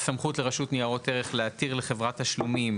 יש סמכות לרשות לניירות ערך להתיר לחברת תשלומים,